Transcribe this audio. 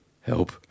Help